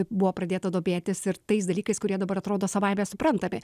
buvo pradėta domėtis ir tais dalykais kurie dabar atrodo savaime suprantami